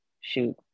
Shoot